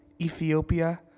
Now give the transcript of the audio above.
Ethiopia